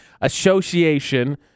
association